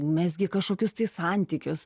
mezgi kažkokius tai santykius